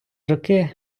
роки